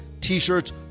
T-shirts